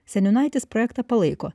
seniūnaitis projektą palaiko